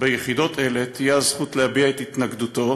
ביחידות אלה תהיה זכות להביע את התנגדותו